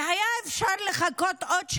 והיה אפשר לחכות עוד שבוע,